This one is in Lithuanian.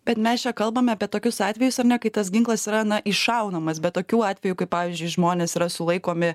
bet mes čia kalbame apie tokius atvejus ar ne kai tas ginklas yra na iššaunamas bet tokių atvejų kai pavyzdžiui žmonės yra sulaikomi